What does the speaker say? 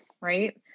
right